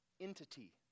entity